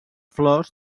flors